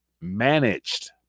managed